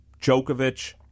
Djokovic